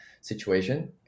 situation